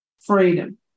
freedom